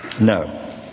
No